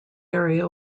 area